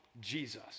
Jesus